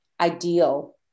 ideal